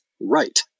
right